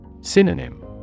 Synonym